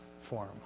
form